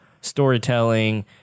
storytelling